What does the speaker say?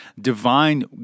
divine